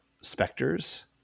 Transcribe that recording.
specters